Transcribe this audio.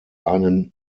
einen